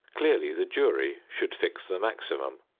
clearly the jury should fix the maximum,